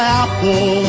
apple